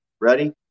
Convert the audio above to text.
ready